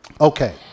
Okay